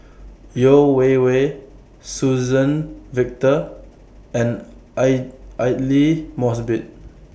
Yeo Wei Wei Suzann Victor and Aidli Mosbit